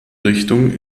richtung